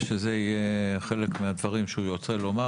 ושזה יהיה חלק מהדברים שהוא ירצה לומר.